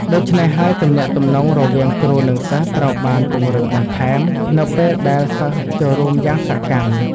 ដូច្នេះហើយទំនាក់ទំនងរវាងគ្រូនិងសិស្សត្រូវបានពង្រឹងបន្ថែម នៅពេលដែលសិស្សចូលរួមយ៉ាងសកម្ម។